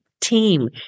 team